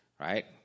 right